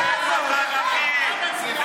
והציע את הצעת החוק חבר כנסת ערבי,